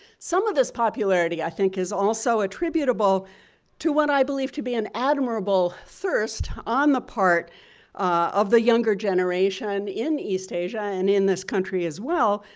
some of this popularity i think, is also attributable to what i believe to be an admirable thirst on the part of the younger generation in east asia and in this country as well.